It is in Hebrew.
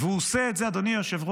הוא עושה את זה, אדוני היושב-ראש,